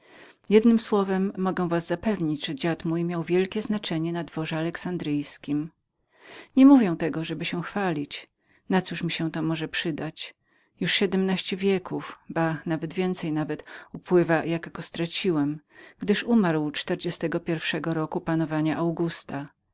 jednem słowem mogę was zapewnić że mój dziad zostawał w wielkiem znaczeniu na dworze alexandryjskim nie mówię tego ażebym się miał chwalić na cóż mi się to może przydać już siedmnaście wieków ba więcej nawet upływa jak go straciłem gdyż umarł czterdziestego pierwszego roku panowania augusta